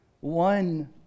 One